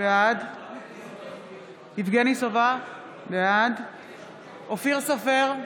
בעד יבגני סובה, בעד אופיר סופר,